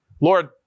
Lord